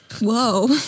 Whoa